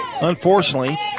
unfortunately